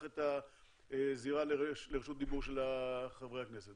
את הזירה לרשות דיבור של חברי הכנסת.